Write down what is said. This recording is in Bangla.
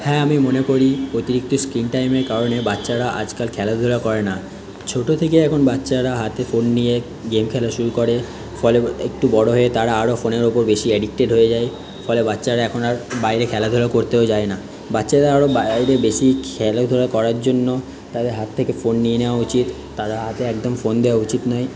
হ্যাঁ আমি মনে করি অতিরিক্ত স্ক্রীন টাইমের কারণে বাচ্চারা আজকাল খেলাধুলা করে না ছোটো থেকে এখন বাচ্চারা হাতে ফোন নিয়ে গেম খেলা শুরু করে ফলে একটু বড়ো হয়ে তারা আরও ফোনের উপর বেশি অ্যাডিকটেড হয়ে যায় ফলে বাচ্চারা এখন আর বাইরে খেলাধুলা করতেও যায় না বাচ্চারা আরও বাইরে বেশি খেলাধুলা করার জন্য তাদের হাত থেকে ফোন নিয়ে নেওয়া উচিত তাদের হাতে একদম ফোন দেওয়া উচিত নয়